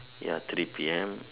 ya three P_M